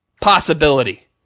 possibility